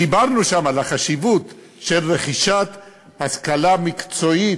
דיברנו שם על החשיבות של רכישת השכלה מקצועית,